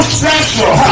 special